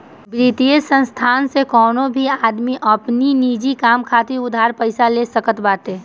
वित्तीय संस्थान से कवनो भी आदमी अपनी निजी काम खातिर उधार पईसा ले सकत बाटे